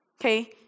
Okay